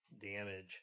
damage